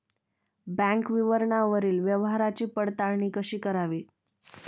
Bank विवरणावरील व्यवहाराची पडताळणी कशी करावी?